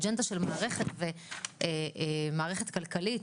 אג'נדה של המערכת ומערכת כלכלית,